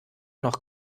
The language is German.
noch